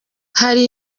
hari